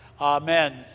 Amen